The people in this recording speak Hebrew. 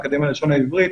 האקדמיה ללשון העברית,